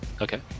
Okay